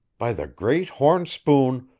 by the great horn spoon,